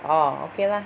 orh okay lah